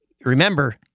Remember